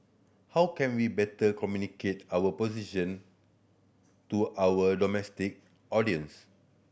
how can we better communicate our position to our domestic audience